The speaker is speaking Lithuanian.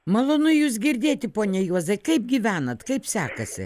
malonu jus girdėti pone juozai kaip gyvenat kaip sekasi